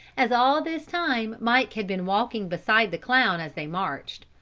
as all this time mike had been walking beside the clown as they marched.